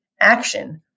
action